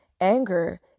anger